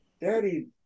Daddy